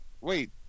wait